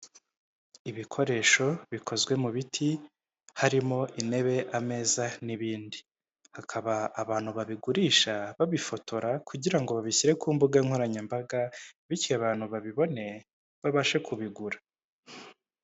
Ibikoresho bikozwe mu biti harimo intebe, ameza n'ibindi hakaba abantu babigurisha babifotora kugira ngo babishyire ku mbuga nkoranyambaga bityo abantu babibone babashe kubigura.